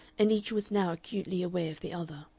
and each was now acutely aware of the other.